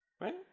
Right